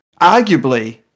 arguably